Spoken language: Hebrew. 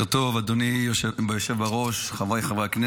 לאדם בהליך אזרחי לפי חוק איסור הפליה במוצרים,